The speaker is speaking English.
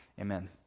amen